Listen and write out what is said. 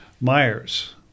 Myers